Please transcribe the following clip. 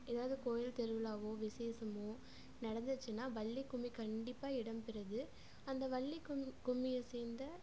எதாவது கோவில் திருவிழாவோ விஷேசம் நடந்துச்சுனா வள்ளி கும்மி கண்டிப்பாக இடம் பெறுது அந்த வள்ளி கும் கும்மியை சேர்ந்த